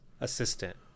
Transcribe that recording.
assistant